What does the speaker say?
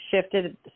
shifted